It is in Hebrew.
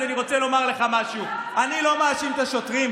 אז אני רוצה להגיד לך משהו: אני לא מאשים את השוטרים,